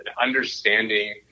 understanding